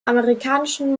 amerikanischen